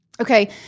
Okay